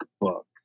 book